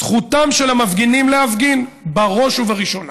זכותם של המפגינים להפגין, בראש ובראשונה.